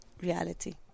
reality